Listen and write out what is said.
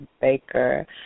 Baker